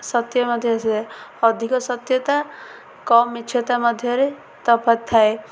ସତ୍ୟ ମଧ୍ୟ ଥାଏ ଅଧିକ ସତ୍ୟତା କମ୍ ମିଥ୍ୟାତା ମଧ୍ୟରେ ତଫାତ୍ ଥାଏ